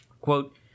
Quote